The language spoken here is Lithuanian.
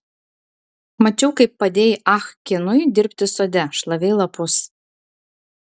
mačiau kaip padėjai ah kinui dirbti sode šlavei lapus